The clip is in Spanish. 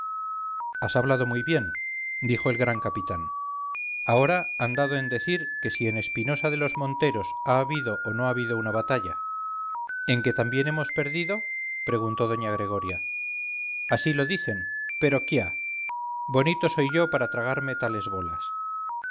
has hablado muy bien dijo el gran capitán ahora han dado en decir que si en espinosa de los monteros ha habido o no ha habido una batalla en que también hemos perdido preguntó doña gregoria así lo dicen pero quia bonito soy yo para tragarme tales bolas